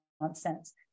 nonsense